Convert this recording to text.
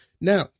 Now